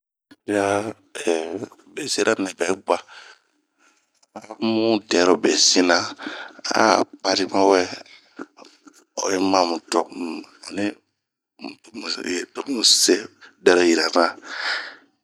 Ao piria besira nɛ bɛ gua ,a mu dɛrobe sina ,ao pari ma wɛɛ to mu see dɛro yirana.